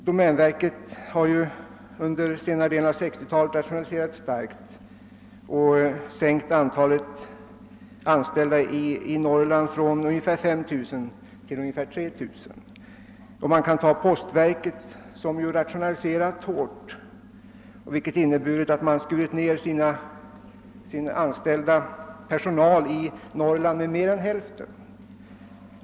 Domänverket har under senare delen av 1960-talet rationaliserat starkt och sänkt antalet anställda i Norrland från ungefär 5 000 till ungefär 3 000. Detsamma gäller postverket som skurit ned den anställda personalen i Norrland med mer än häften.